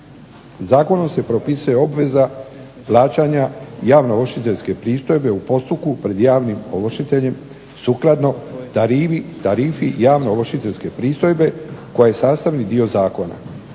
Zakonom se propisuje obveza plaćanja javnoovršiteljske pristojbe u postupku pred javnim ovršiteljem sukladno tarifi javnoovršiteljske pristojbe koja je sastavni dio zakona.